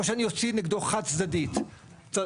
או שאני אוציא נגדו חד צדדית צו